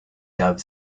dove